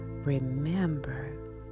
Remember